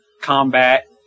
Combat